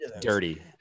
dirty